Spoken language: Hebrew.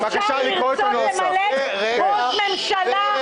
אם תעלה את ההצעה להצבעה, אף אחד לא יצביע נגדה.